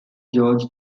george